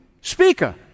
speaker